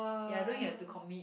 ya don't you have to commit